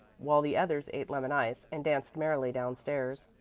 while the others ate lemon-ice and danced merrily down-stairs.